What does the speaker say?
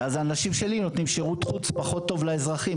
ואז האנשים שלי נותנים שירות חוץ פחות טוב לאזרחים,